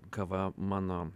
kava mano